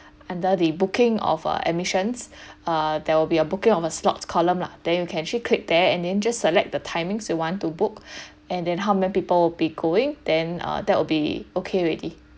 under the booking of uh admissions err there will be a booking of a slot column lah then you can actually click there and then just select the timings you want to book and then how many people will be going then uh that will be okay already